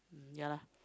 ya lah